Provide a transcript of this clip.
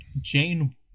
Jane